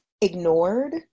ignored